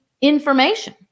information